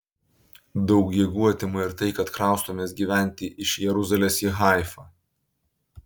daug jėgų atima ir tai kad kraustomės gyventi iš jeruzalės į haifą